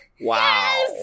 Wow